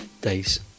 days